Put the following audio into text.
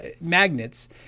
magnets